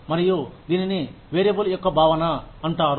మరియు దీనిని వేరియబుల్ యొక్క భావన అంటారు